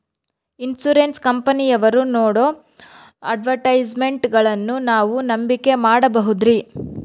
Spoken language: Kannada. ಇನ್ಸೂರೆನ್ಸ್ ಕಂಪನಿಯವರು ನೇಡೋ ಅಡ್ವರ್ಟೈಸ್ಮೆಂಟ್ಗಳನ್ನು ನಾವು ನಂಬಿಕೆ ಮಾಡಬಹುದ್ರಿ?